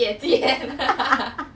I don't want I want to go school